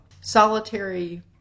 solitary